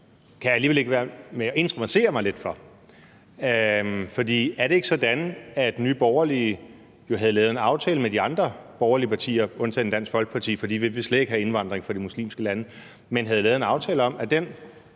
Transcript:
kan jeg alligevel ikke lade være med at interessere mig lidt for. For er det ikke sådan, at Nye Borgerlige havde lavet en aftale med de andre borgerlige partier undtagen Dansk Folkeparti, for vi vil slet ikke have indvandring fra de muslimske lande, om, at den